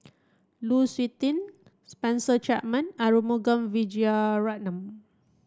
Lu Suitin Spencer Chapman Arumugam Vijiaratnam